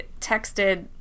texted